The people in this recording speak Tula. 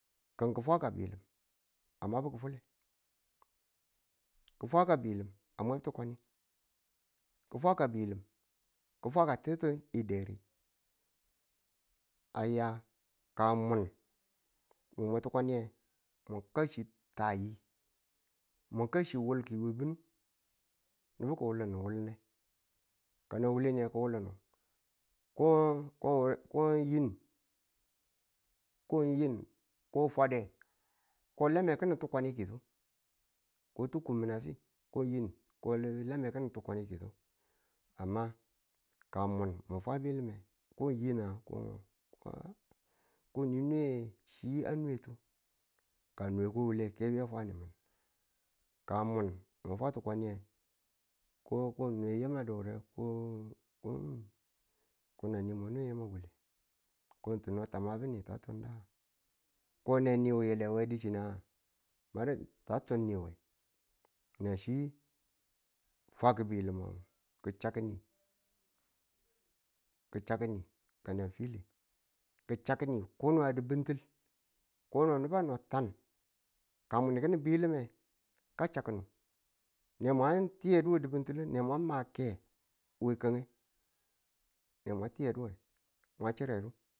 ki̱n ki fwa ka biyilim a mabu ki̱fwali ki̱ fwa ka biyilim a mabu tikwani ki̱ fwa ka ti̱ttu ng deyir aya ka mwan mu mwe tukwani mu ka xhi tayi, mu ka chi wulku we bi̱nu nubu ki̱wulnu wulin gne kuma ko yin ko fwade ko a lame ki̱nin tukwanitinku ko ti̱ kun a fi ko a lemi ki̱nin tukwanikinko amma ka mwun mu fwa biyilime ka mun mu fwa biyilimeng ko nge na ko ngo ko ni nwe ko ti̱kun ka ne nwe chi a nwe chinetu ka a nwe ko wule ke a fwa nimun ka mun mu fwa tukwanituye ko ng nwe yemu a du wure ko nan ni mwa nwe yema bwale ko no ni tami ni ta tunda ko ne ni wile di̱ chi nga? mare ta tun niwe nanchi fwaku biyilim ki̱ chakni ki̱ chakni ka nan file ki chak ki ni kona a di̱bintil koda nubu no a tan ka mun ki̱nin biyilim me, ka chak nu ne mwa tiye du we di̱bintilu ne mwa ma kai ne wa tiyeduwe mwa chire du